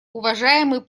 уважаемый